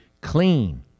clean